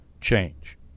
change